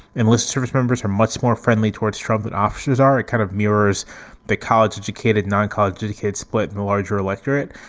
analysts, service members are much more friendly towards trump. that options are a kind of mirrors the college educated non-college tunicates split in the larger electorate.